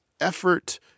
effort